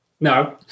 no